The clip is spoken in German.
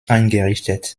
eingerichtet